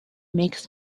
makes